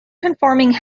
conforming